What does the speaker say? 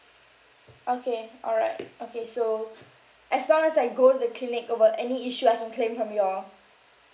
okay all right okay so as long as I go to the clinic over any issue I can claim from you all